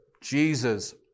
Jesus